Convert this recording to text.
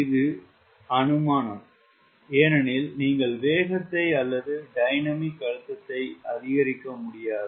இது அனுமானம் ஏனெனில் நீங்கள் வேகத்தை அல்லது டைனமிக் அழுத்தத்தை அதிகரிக்க முடியாது